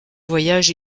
voyage